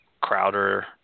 Crowder